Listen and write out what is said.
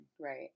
Right